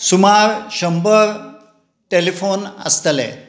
सुमार शंबर टॅलिफोन आसताले